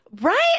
Right